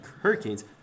Hurricanes